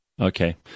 Okay